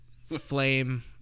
flame